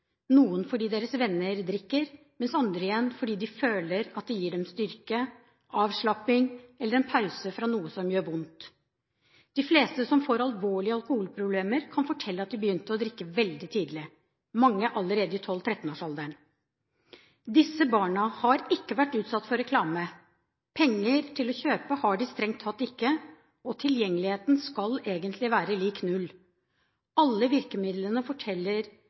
noen fordi deres venner drikker, andre igjen fordi de føler at det gir dem styrke, avslapping eller en pause fra noe som gjør vondt. De fleste som får alvorlige alkoholproblemer, kan fortelle at de begynte å drikke veldig tidlig, mange allerede i tolv–trettenårsalderen. Disse barna har ikke vært utsatt for reklame. Penger til å kjøpe har de strengt tatt ikke hatt, og tilgjengeligheten skal egentlig være lik null. Alle de virkemidlene